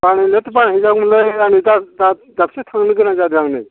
लांनायाथ' लांजागौमोनलै आं दा दाबसेयाव थांनो गोनां जादों आंनो